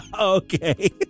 Okay